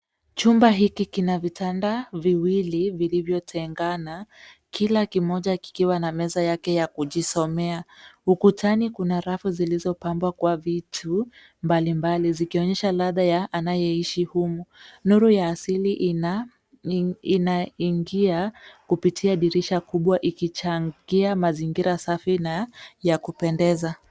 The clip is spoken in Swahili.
Chumba hiki kina vitanda viwili vilivyotengana kila kimoja kikiwa na meza yake ya kujisomea. Ukutani kuna rafu zilizopambwa kwa vitu mbalimbali zikionyesha ladha ya anayeishi humu. Nuru ya asili inaingia kupitia dirisha kubwa ikichangia mazingira safi na ya kupendeza.